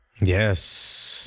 Yes